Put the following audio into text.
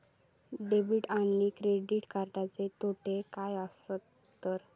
Debit आणि credit कार्डचे तोटे काय आसत तर?